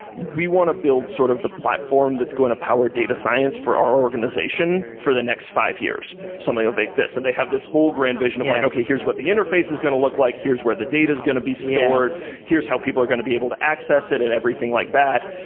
we want to build sort of the platform that's going to power data science for our organization for the next five years. something like this, and they have this whole grand vision of like, okay, here's what the interface is going to look like. here's where the data is going to be stored. here's how people are going to be able to access it and everything like that,